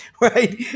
right